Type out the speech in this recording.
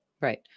Right